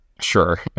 Sure